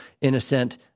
innocent